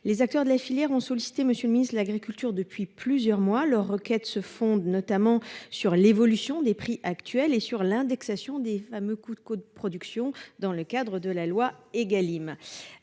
Les acteurs de la filière ont sollicité, monsieur le ministre de l'Agriculture depuis plusieurs mois leur requête se fonde notamment sur l'évolution des prix actuels et sur l'indexation des fameux coup de coûts de production dans le cadre de la loi Egalim.